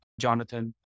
jonathan